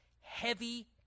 heavy